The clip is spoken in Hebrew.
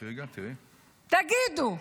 תגידו.